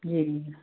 जी